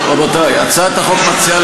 אני איאלץ להוציא אותך,